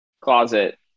closet